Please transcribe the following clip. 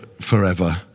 forever